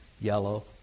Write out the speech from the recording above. yellow